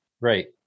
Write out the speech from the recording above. right